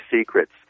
secrets